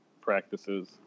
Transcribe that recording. practices